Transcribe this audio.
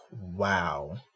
wow